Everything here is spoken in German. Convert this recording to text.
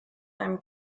einem